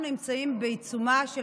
אנחנו נמצאים בעיצומה של